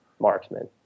marksman